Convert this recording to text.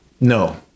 No